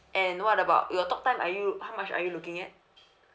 and what about your talk time are you how much are you looking at